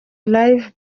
live